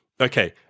okay